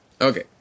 Okay